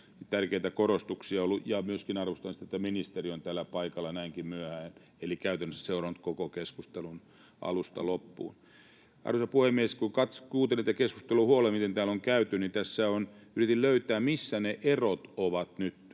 Tärkeitä korostuksia on ollut, ja arvostan myöskin sitä, että ministeri on täällä paikalla näinkin myöhään eli käytännössä seurannut koko keskustelun alusta loppuun. Arvoisa puhemies! Kun kuuntelee huolella tätä keskustelua, mitä täällä on käyty, niin kun yritin löytää, missä ne erot nyt